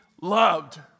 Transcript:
loved